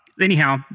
Anyhow